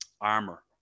armor